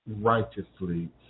righteously